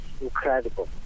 incredible